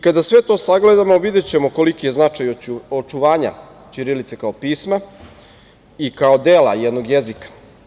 Kada sve to sagledamo videćemo koliki je značaj očuvanja ćirilice kao pisma i kao dela jednog jezika.